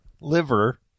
liver